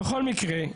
בכל מקרה,